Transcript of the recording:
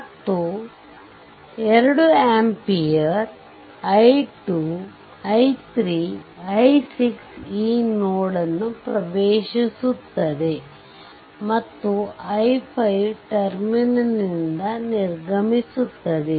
ಮತ್ತು 2 ampere i2 i3 i6 ಈ node ನ್ನು ಪ್ರವೇಶಿಸುತ್ತದೆ ಮತ್ತು i5 ಟರ್ಮಿನಲ್ ನಿಂದ ನಿರ್ಗಮಿಸುತ್ತದೆ